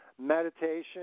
meditation